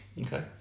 Okay